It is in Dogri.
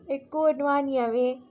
इक होर नुआनियां में